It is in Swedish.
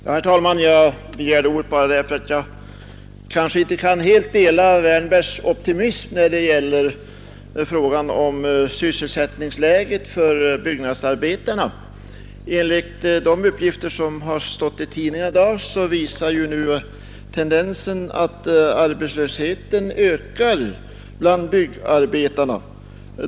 Herr talman! Jag begärde ordet bara därför att jag kanske inte kan dela herr Wärnbergs optimism när det gäller frågan om sysselsättningsläget för byggnadsarbetarna. Enligt de uppgifter som har stått i tidningarna i dag visar tendensen att arbetslösheten ökar bland byggarbetarna.